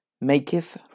maketh